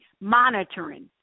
monitoring